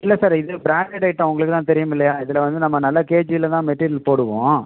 இல்லை சார் இது branded item உங்களுக்குத்தான் தெரியும் இல்லையா இதில் வந்து நம்ம நல்ல கேஜிலதான் மெட்டிரியல் போடுவோம்